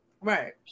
Right